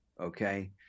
okay